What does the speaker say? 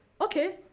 okay